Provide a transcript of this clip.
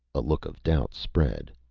a look of doubt spread.